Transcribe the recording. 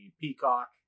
Peacock